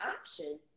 option